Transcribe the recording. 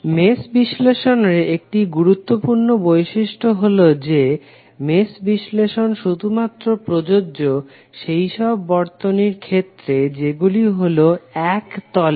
mesh বিশ্লেষণের একটি গুরুত্বপূর্ণ বৈশিষ্ট্য হলো যে মেশ বিশ্লেষণ শুধুমাত্র প্রযোজ্য সেই সব বর্তনীর ক্ষেত্রে যেগুলি হলো এক তলের